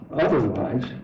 otherwise